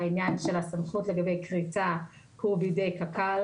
עניין הסמכות לגבי כריתה הוא בידי קק"ל.